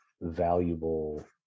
valuable